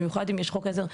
במיוחד אם יש חוק עזר,